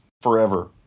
forever